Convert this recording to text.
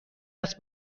است